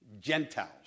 Gentiles